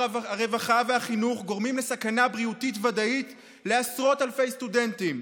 ההרווחה והחינוך גורמים לסכנה בריאותית ודאית לעשרות אלפי סטודנטים,